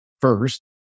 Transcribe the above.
first